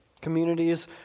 Communities